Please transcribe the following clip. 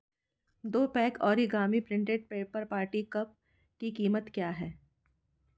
दो pack origami printed paper party cup की कीमत क्या है